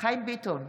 חיים ביטון,